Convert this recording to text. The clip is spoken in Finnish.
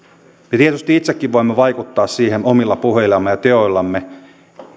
me tietysti itsekin voimme vaikuttaa siihen omilla puheillamme ja teoillamme